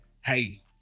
hey